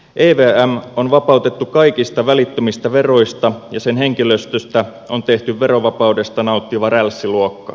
evm on vapautettu kaikista välittömistä veroista ja sen henkilöstöstä on tehty verovapaudesta nauttiva rälssiluokka